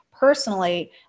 Personally